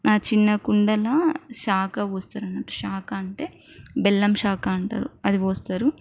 ఆ చిన్న కుండల శాక పోస్తారు అనమాట శాక అంటే బెల్లం శాక అంటారు అది పోస్తారు